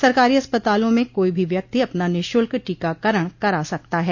सरकारी अस्पतालों में कोई भी व्यक्ति अपना निःशुल्क टीकाकरण करा सकता है